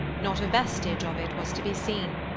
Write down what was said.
not a vestige of it was to be seen.